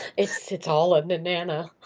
it's it's all on the nana.